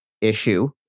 issue